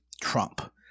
Trump